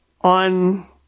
On